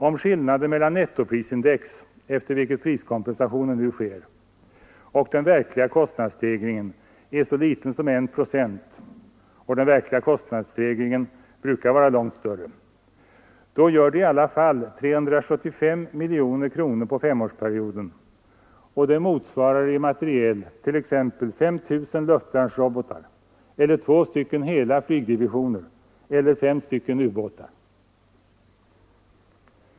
Om skillnaden mellan nettoprisindex, efter vilken priskompensationen nu sker, och den verkliga kostnadsstegringen är så liten som en procent — den verkliga skillnaden brukar vara långt större — så gör det i alla fall 375 miljoner kronor på femårsperioden, och det motsvarar i materiel t.ex. 5 000 luftvärnsrobotar eller två hela flygdivisioner eller fem ubåtar.